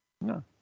no